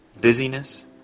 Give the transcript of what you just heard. Busyness